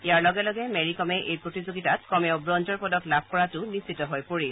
ইয়াৰ লগে লগে মেৰিকমে এই প্ৰতিযোগিতাত কমেও ব্ৰঞ্জৰ পদক লাভ কৰাটো নিশ্চিত হৈ পৰিল